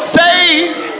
saved